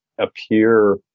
appear